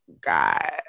God